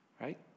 right